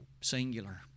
singular